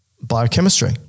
biochemistry